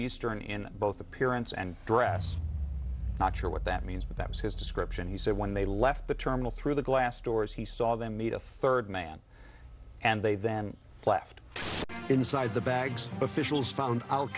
eastern in both appearance and dress not sure what that means but that was his description he said when they left the terminal through the glass doors he saw them meet a third man and they then left inside the bags officials found